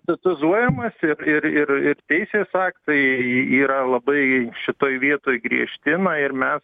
tetizuojamas ir ir ir ir teisės aktai y yra labai šitoj vietoj griežti na ir mes